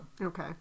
Okay